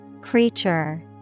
Creature